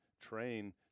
train